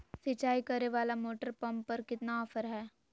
सिंचाई करे वाला मोटर पंप पर कितना ऑफर हाय?